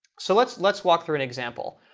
so let's let's walk through an example.